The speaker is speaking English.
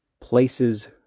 places